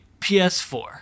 PS4